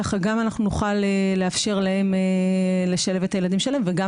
ככה גם אנחנו נוכל לאפשר להן לשלב את הילדים שלהן וגם